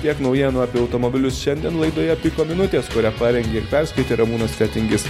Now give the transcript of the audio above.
tiek naujienų apie automobilius šiandien laidoje piko minutės kurią parengė ir perskaitė ramūnas fetingis